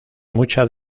mucha